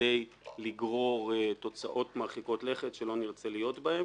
כדי לגרור תוצאות מרחיקות לכת שלא נרצה להיות בהם.